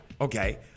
Okay